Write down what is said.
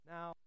Now